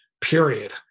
period